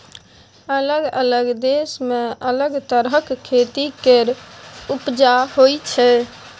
अलग अलग देश मे अलग तरहक खेती केर उपजा होइ छै